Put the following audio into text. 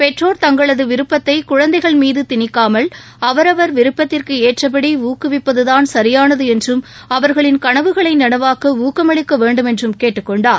பெற்றோர் தங்களதுவிருப்பத்தைகுழந்தைகள் மீதுதிணிக்காமல் அவரவர் விருப்பத்திற்கேற்றபடி ஊக்குவிப்பதுதான் சரியானதுஎன்றும் அவர்களின் கனவுகளைநனவாக்கஊக்கமளிக்கவேண்டும் என்றும் கேட்டுக் கொண்டார்